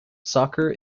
soccer